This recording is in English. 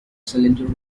cylinder